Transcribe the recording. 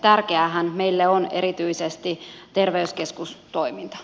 tärkeäähän meille on erityisesti terveyskeskustoiminta